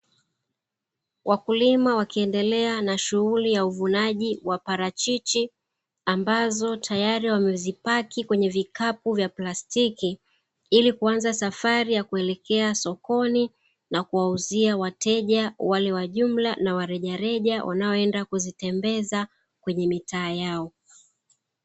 Wakulima wakiendelea na shughuli ya uvunaji wa parachichi ambazo tayari wamezipaki kwenye vikapu vya plastiki, ilikuanza safari ya kuelekea sokoni na kuwauzia wateja wale wajumla na warejareja wanaoenda kuzitembeza kwenye mitaa yao.